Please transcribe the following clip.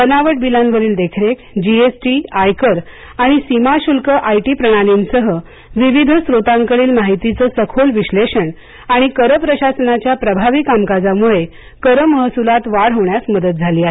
बनावट बिलांवरील देखरेख जी एस टी आयकर आणि सीमाशुल्क आय टी प्रणालींसह विविध स्त्रोतांकडील माहितीचे सखोल विश्लेषण आणि कर प्रशासनाच्या प्रभावी कामकाजामुळे कर महसुलात वाढ होण्यास मदत झाली आहे